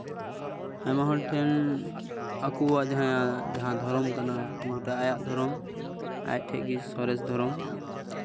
ᱟᱭᱢᱟ ᱦᱚᱲ ᱴᱷᱮᱱ ᱟᱠᱚᱣᱟᱜ ᱡᱟᱦᱟᱸ ᱫᱷᱚᱨᱚᱢ ᱠᱟᱱᱟ ᱜᱳᱴᱟ ᱟᱭᱟᱜ ᱫᱷᱚᱨᱚᱢ ᱟᱡ ᱴᱷᱮᱡ ᱜᱮ ᱥᱚᱨᱮᱥ ᱫᱷᱚᱨᱚᱢ